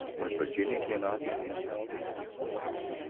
when virginia came out to him her face was flaming.